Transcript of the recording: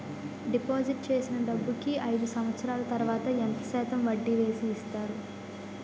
Deposit చేసిన డబ్బుకి అయిదు సంవత్సరాల తర్వాత ఎంత శాతం వడ్డీ వేసి ఇస్తారు?